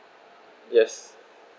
yes